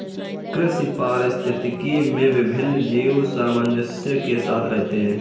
कृषि पारिस्थितिकी में विभिन्न जीव सामंजस्य के साथ रहते हैं